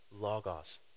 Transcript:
Logos